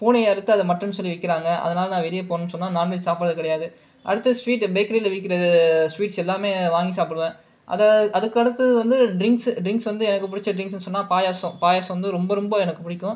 பூனையை அறுத்து அதை மட்டன் சொல்லி விற்கிறாங்க அதனால் நான் வெளியே போனேன்னு சொன்னால் நான்வெஜ் சாப்பிடுறது கிடையாது அடுத்த ஸ்சுவீட் பேக்கரியில் விற்கிறது ஸ்சுவீட்ஸ் எல்லாமே வாங்கி சாப்பிடுவ அதை அதுக்கு அடுத்து வந்து டிரிங்க்ஸ்சு டிரிங்க்ஸ்சு வந்து எனக்கு பிடிச்ச ட்ரிங்க்ஸ்னு சொன்னால் பாயாசம் பாயாசம் வந்து ரொம்ப ரொம்ப எனக்கு பிடிக்கும்